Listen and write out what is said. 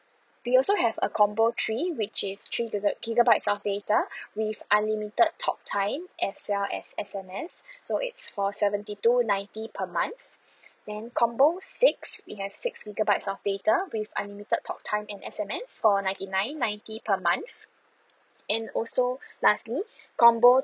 we also have a combo three which is three giga~ gigabytes of data with unlimited talk time as well as S_M_S so it's for seventy two ninety per month then combo six we have six gigabytes of data with unlimited talk time and S_M_S for ninety nine ninety per month and also lastly combo